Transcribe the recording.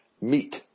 Meet